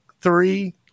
three